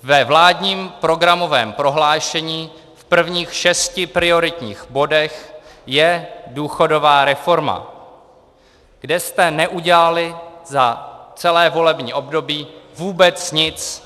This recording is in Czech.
Ve vládním programovém prohlášení v prvních šesti prioritních bodech je důchodová reforma, kde jste neudělali za celé volební období vůbec nic.